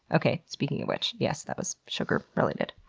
okay, speaking of which, yes that was sugar related.